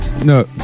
No